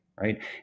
Right